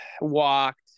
walked